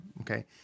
okay